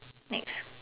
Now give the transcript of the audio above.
next